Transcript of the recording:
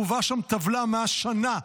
הובאה שם טבלה מהשנה,